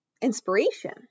inspiration